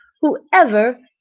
whoever